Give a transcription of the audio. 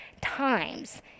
times